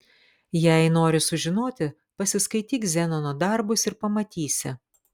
jei nori sužinoti pasiskaityk zenono darbus ir pamatysi